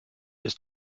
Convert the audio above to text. ist